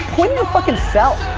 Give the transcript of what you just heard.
your fucking self.